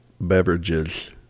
beverages